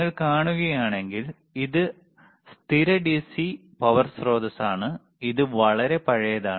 നിങ്ങൾ കാണുകയാണെങ്കിൽ ഇത് വലത് സ്ഥിര ഡിസി പവർ സ്രോതസ്സാണ് ഇത് വളരെ പഴയതാണ്